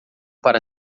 para